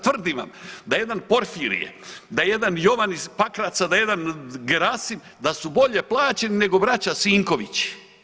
Tvrdim vam da jedan porfirije, da jedan Jovan iz Pakraca, da jedan Gerasim da su bolje plaćeni nego braća Sinkovići.